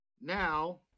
Now